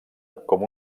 com